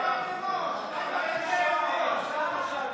למנסור עבאס.